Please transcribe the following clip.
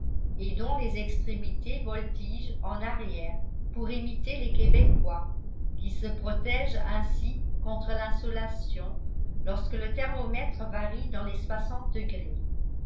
et dont les extrémités voltigent en arrière pour imiter les québecquois qui se protègent ainsi contre l'insolation lorsque le thermomètre varie dans les soixante degrés